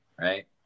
right